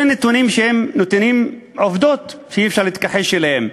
אלו נתונים שהם עובדות שאי-אפשר להתכחש אליהן.